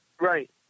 Right